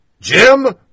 Jim